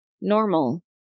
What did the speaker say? normal